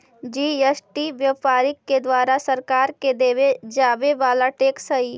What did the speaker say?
GST व्यापारि के द्वारा सरकार के देवे जावे वाला टैक्स हई